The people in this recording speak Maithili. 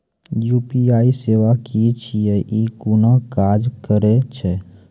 यु.पी.आई सेवा की छियै? ई कूना काज करै छै?